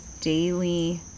daily